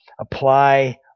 apply